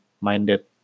minded